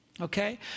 Okay